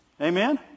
Amen